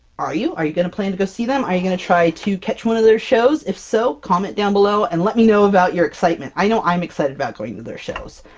are you? are you gonna plan to go see them? are you gonna try to catch one of their shows? if so, comment down below, and let me know about your excitement! i know i'm excited about going to their shows!